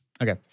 Okay